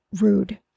rude